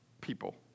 people